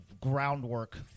groundwork